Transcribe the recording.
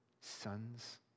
sons